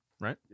right